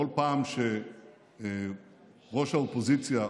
כל פעם שראש האופוזיציה,